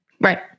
Right